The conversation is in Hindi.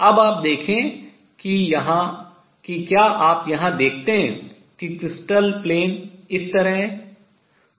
अब आप देखें कि क्या आप यहां देखते हैं कि क्रिस्टल तल इस तरह हैं